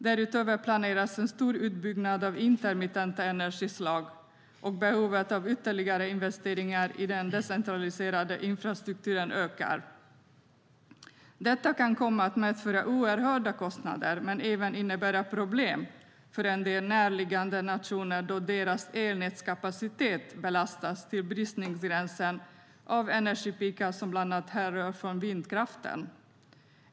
Därutöver planeras en stor utbyggnad av intermittenta energislag, och behovet av ytterligare investeringar i den decentraliserade infrastrukturen ökar. Detta kan komma att medföra oerhörda kostnader men även innebära problem för en del närliggande nationer då deras elnätskapacitet belastas till bristningsgränsen av energipikar som bland annat härrör från vindkraften.